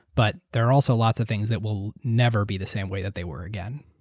but there are also lots of things that will never be the same way that they were, again.